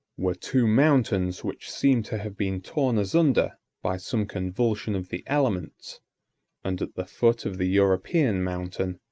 were two mountains which seemed to have been torn asunder by some convulsion of the elements and at the foot of the european mountain,